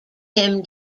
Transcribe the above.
him